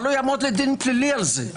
אבל לא יעמוד על דין פלילי על זה.